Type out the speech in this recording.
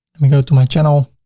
let me go to my channel,